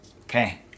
Okay